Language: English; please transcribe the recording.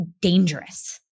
dangerous